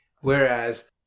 Whereas